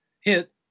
hit